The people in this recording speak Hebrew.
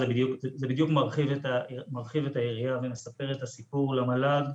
זה בדיוק מרחיב את היריעה ומספר את הסיפור על המל"ג.